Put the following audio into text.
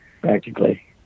practically